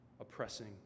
oppressing